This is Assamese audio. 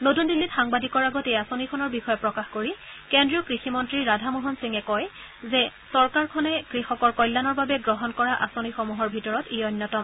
নতুন দিল্লীত সাংবাদিকৰ আগত এই আঁচনিখনৰ বিষয়ে প্ৰকাশ কৰি কেন্দ্ৰীয় কৃষি মন্ত্ৰী ৰাধা মোহন সিঙে কয় যে চৰকাৰখনৰ কৃষকৰ কল্যাণৰ বাবে গ্ৰহণ কৰা আঁচনিসমূহৰ ভিতৰত ই অন্যতম